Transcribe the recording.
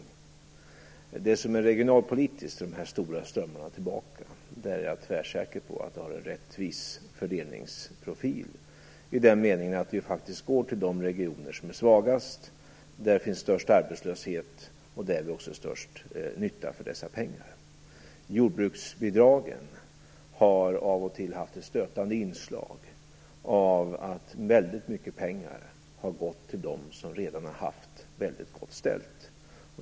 Jag är tvärsäker på att det som är regionalpolitiskt i de här stora strömmarna tillbaka har en rättvis fördelningsprofil, i den meningen att det faktiskt går till de regioner som är svagast, där arbetslösheten är störst och där dessa pengar gör störst nytta. Jordbruksbidragen har av och till haft ett stötande inslag av att väldigt mycket pengar har gått till dem som redan har haft det mycket gott ställt.